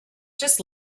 just